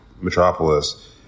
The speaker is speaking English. metropolis